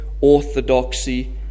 orthodoxy